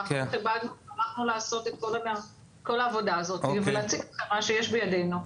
אנחנו הלכנו לעשות את כל העבודה הזאת ולהציג לכם מה שיש בידינו.